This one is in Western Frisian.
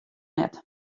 net